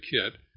kit